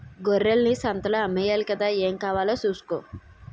గొర్రెల్ని సంతలో అమ్మేయాలి గదా ఏం కావాలో సూసుకో